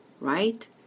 Right